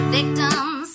victims